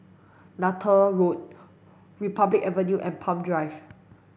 Neythal Road Republic Avenue and Palm Drive